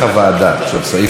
קובע שסעיף